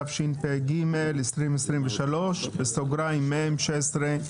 התשפ"ג-2023 (מ/1612).